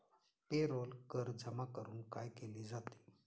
Payroll कर जमा करून काय केले जाते?